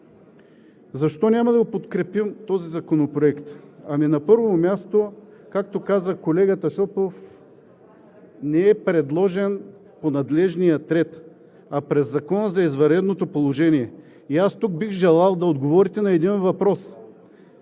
Защо няма да подкрепим този законопроект? На първо място, както каза колегата Шопов, не е предложен по надлежния ред, а през Закона за извънредното положение. И аз тук бих желал да отговорите на един въпрос: